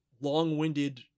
long-winded